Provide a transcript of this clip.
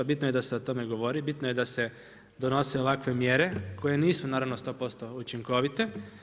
Bitno je da se o tome govori, bitno je da se donose ovakve mjere koje nisu naravno sto posto učinkovite.